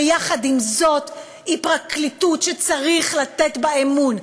ויחד עם זאת היא פרקליטות שצריך לתת בה אמון.